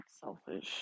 selfish